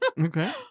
Okay